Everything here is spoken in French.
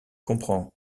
comprend